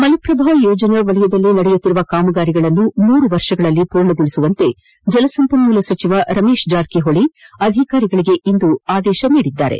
ಮಲಪ್ಪಭಾ ಯೋಜನಾ ವಲಯದಲ್ಲಿ ನಡೆಯುತ್ತಿರುವ ಕಾಮಗಾರಿಗಳನ್ನು ಮೂರು ವರ್ಷಗಳಲ್ಲಿ ಪೂರ್ಣಗೊಳಿಸುವಂತೆ ಜಲ ಸಂಪನ್ಮೂಲ ಸಚಿವ ರಮೇಶ್ ಜಾರಿಕಿಹೊಳಿ ಅಧಿಕಾರಿಗಳಿಗೆ ಇಂದು ಆದೇಶ ನೀಡಿದ್ದಾರೆ